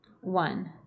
One